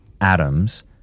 atoms